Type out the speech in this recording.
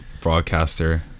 broadcaster